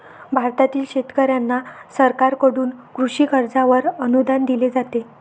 भारतातील शेतकऱ्यांना सरकारकडून कृषी कर्जावर अनुदान दिले जाते